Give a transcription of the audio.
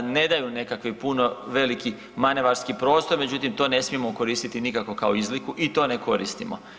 Ne daju nekakav puno veliki manevarski prostor međutim to ne smijemo koristiti nikako kao izliku i to ne koristimo.